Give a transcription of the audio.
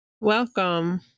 Welcome